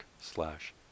slash